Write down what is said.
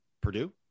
Purdue